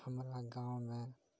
हमरा गाँवमे